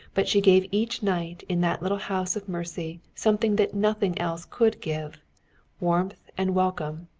but she gave each night in that little house of mercy something that nothing else could give warmth and welcome,